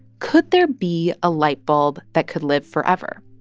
could there be a light bulb that could live forever?